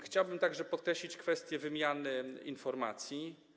Chciałbym także podkreślić kwestię wymiany informacji.